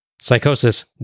Psychosis